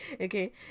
Okay